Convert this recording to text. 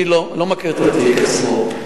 אני לא מכיר את התיק עצמו.